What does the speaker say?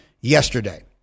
yesterday